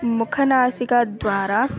मुखनासिकद्वारा